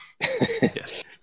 Yes